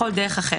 בכל דרך אחרת.